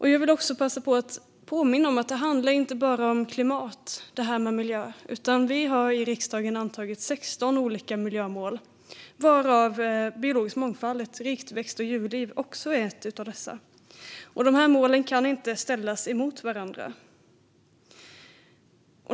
Jag vill också passa på att påminna om att miljö inte bara handlar om klimat. Vi har i riksdagen antagit 16 olika miljömål. Biologisk mångfald och ett rikt växt och djurliv är också ett av dessa. De målen kan inte ställas emot varandra.